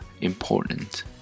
important